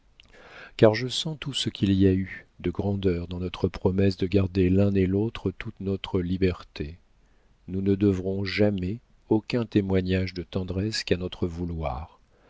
car je sens tout ce qu'il y a eu de grandeur dans notre promesse de garder l'un et l'autre toute notre liberté nous ne devrons jamais aucun témoignage de tendresse qu'à notre vouloir